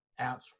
apps